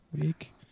Week